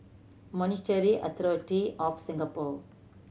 Monetary Authority Of Singapore